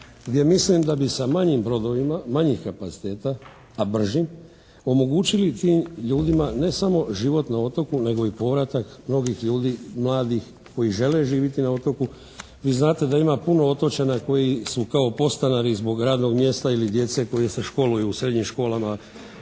mislim da bi sa manjim brodovima, manjih kapaciteta, a bržim omogućili tim ljudima ne samo život na otoku nego i povratak mnogih ljudi mladih koji žele živjeti na otoku. Vi znate da ima puno otočana koji su kao podstanari zbog radnog mjesta ili djece koji se školuju u srednjim školama